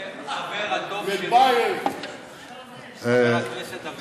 זה החבר הטוב שלי, חבר הכנסת דוד ביטן.